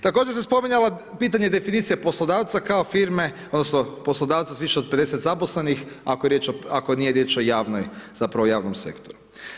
Također se spominjalo pitanje definicije poslodavca kao firme, odnosno poslodavca sa više od 50 zaposlenih ako nije riječ o javnoj, zapravo javnom sektoru.